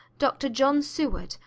dr. john seward,